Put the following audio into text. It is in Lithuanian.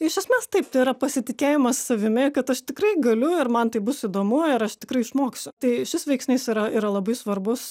iš esmės taip tai yra pasitikėjimas savimi kad aš tikrai galiu ir man tai bus įdomu ir aš tikrai išmoksiu tai šis veiksnys yra yra labai svarbus